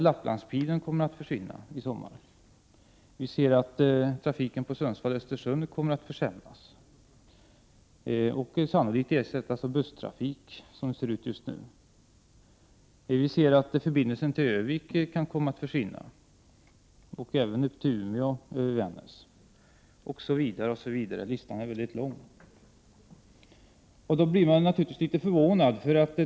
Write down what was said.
Lapplandspilen kommer att försvinna, trafiken på Sundsvall-Östersund kommer att försämras och, som det ser ut just nu, sannolikt ersättas av busstrafik. Förbindelsen till Ö-vik kan komma att försvinna och även till Umeå över Vännäs osv., osv. Listan kan göras lång. När man ser detta blir man naturligtvis litet förvånad.